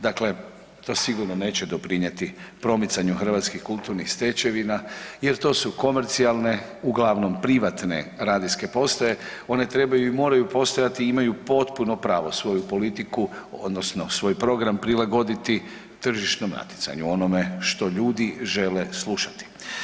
Dakle, to sigurno neće doprinijeti promicanju hrvatskih kulturnih stečevina jer to su komercijalne uglavnom privatne radijske postaje one trebaju i moraju postojati i imaju potpuno pravo svoju politiku odnosno svoj program prilagoditi tržišnom natjecanju onome što ljudi žele slušati.